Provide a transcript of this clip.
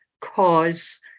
cause